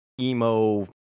emo